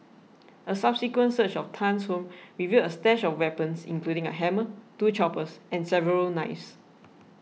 a subsequent search of Tan's home revealed a stash of weapons including a hammer two choppers and several knives